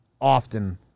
often